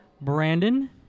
Brandon